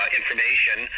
information